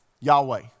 Yahweh